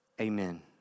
amen